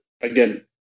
again